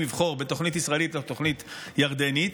לבחור בתוכנית ישראלית או בתוכנית ירדנית.